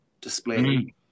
display